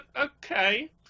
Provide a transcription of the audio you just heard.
okay